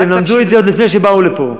הם למדו את זה עוד לפני שבאו לפה.